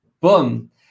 Boom